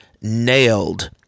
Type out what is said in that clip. nailed